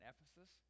Ephesus